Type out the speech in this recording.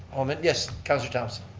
comment. yes, councilor thomsen.